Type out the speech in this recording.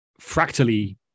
fractally